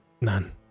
None